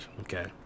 Okay